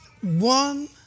one